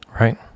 Right